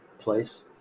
place